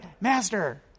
Master